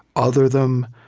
other them,